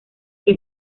que